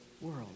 world